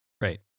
Right